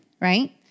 right